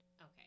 Okay